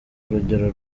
urugero